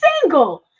single